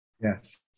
Yes